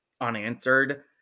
unanswered